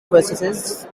versus